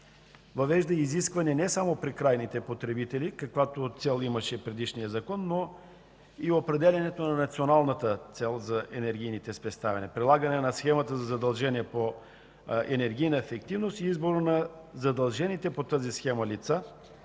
въвежда изискване не само при крайните потребители, каквато цел имаше предишният закон, но и определянето на националната цел за енергийните спестявания – прилагане на схемата за задължения по енергийна ефективност и избор на задължените по тази схема лица,